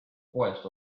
poest